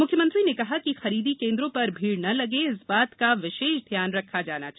मुख्यमंत्री ने कहा कि खरीदी केंद्रों पर भीड़ न लगे इस बात का विशेष ध्यान रखा जाना है